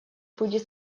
будет